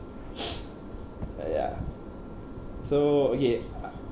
uh ya so okay